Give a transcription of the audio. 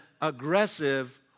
aggressive